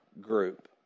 group